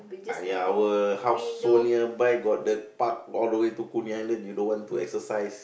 !aiya! our house so nearby got the park all the way to Coney-Island you don't want to exercise